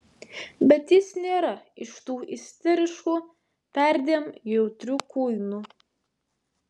bet jis nėra iš tų isteriškų perdėm jautrių kuinų